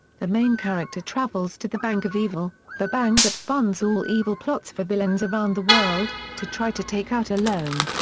the main character travels to the bank of evil, the bank that funds all evil plots for villains around the world, to try to take out a loan.